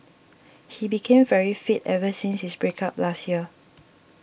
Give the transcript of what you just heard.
he became very fit ever since his break up last year